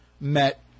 met